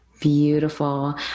beautiful